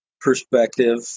perspective